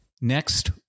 Next